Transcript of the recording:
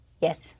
Yes